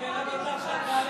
שהידים,